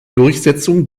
durchsetzung